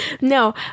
no